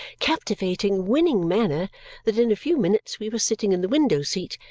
captivating, winning manner that in a few minutes we were sitting in the window-seat,